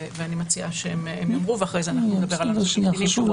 ואני מציעה שהם יאמרו ואחרי זה אנחנו נדבר על הנושא הקטינים.